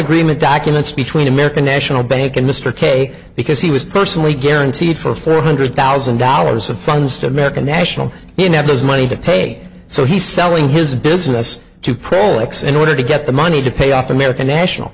agreement documents between american national bank and mr kay because he was personally guaranteed for four hundred thousand dollars of funds to american national you know there's money to pay so he's selling his business to prolix in order to get the money to pay off